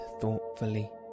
thoughtfully